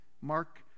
Mark